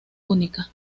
única